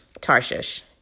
Tarshish